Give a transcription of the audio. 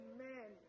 Amen